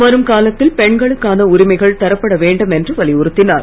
வரும் காலத்தில் பெண்களுக்கான உரிமைகள் தரப்பட வேண்டும் என்று வலியுறுத்தினார்